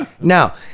Now